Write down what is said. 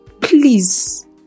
please